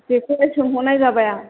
बेखौनो सोंहरनाय जाबाय आं